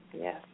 Yes